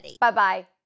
Bye-bye